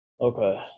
Okay